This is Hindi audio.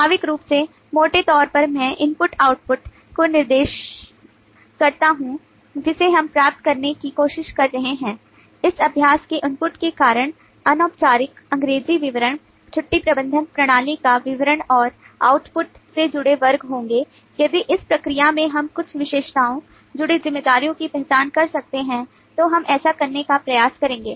स्वाभाविक रूप से मोटे तौर पर मैं इनपुट आउटपुट से जुड़े वर्ग होंगे यदि इस प्रक्रिया में हम कुछ विशेषताओं कुछ जिम्मेदारियों की पहचान कर सकते हैं तो हम ऐसा करने का प्रयास करेंगे